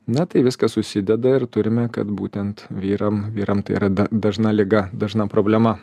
na tai viskas susideda ir turime kad būtent vyram vyram tai yra dažna liga dažna problema